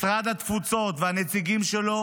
משרד התפוצות והנציגים שלו